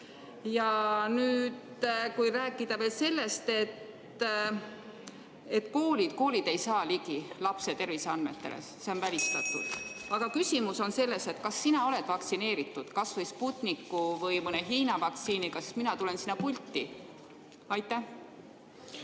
Ja nüüd, kui rääkida veel sellest, et koolid ei saa ligi lapse terviseandmetele, siis see on välistatud. Aga küsimus on mul see: kas sina oled vaktsineeritud, kas või Sputniku või mõne Hiina vaktsiiniga? Sest mina tulen sinna pulti. Ma